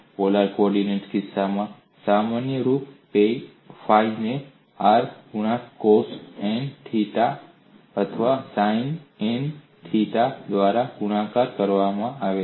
polar coordinates કિસ્સામાં સામાન્ય સ્વરૂપ ph ને r ના ગુણાકારને કોશ n થીટા અથવા સાઈન n થીટા દ્વારા ગુણાકાર કરવામાં આવે છે